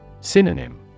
Synonym